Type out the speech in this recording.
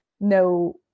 no